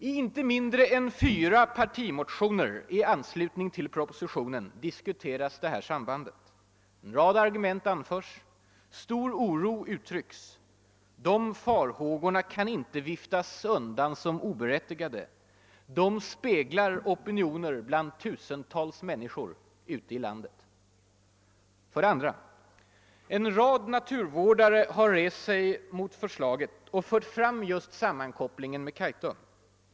I inte mindre än fyra partimotioner i anslutning till propositionen diskuteras detta samband. En rad argument anföres och stor oro uttryckes. De farhågorna kan inte viftas undan som oberättigade. De speglar opinioner bland tusentals människor ute i landet. 2. En rad naturvårdare har rest sig mot förslaget och fört fram just sammankopplingen med Kaitum.